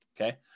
Okay